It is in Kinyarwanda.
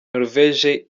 norvege